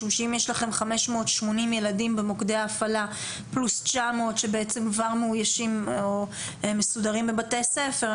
משום שאם יש לכם 580 ילדים במוקדי ההפעלה פלוס 900 שמסודרים בבתי ספר,